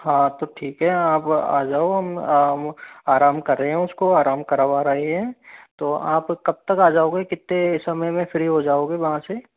हाँ तो ठीक है आप आ जाओ आराम कर रहे हैं उसको आराम करवा रहे हैं तो आप कब तक आ जाओगे कितने समय में फ्री हो जाओगे वहाँ से